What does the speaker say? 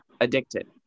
addicted